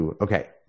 okay